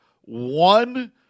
one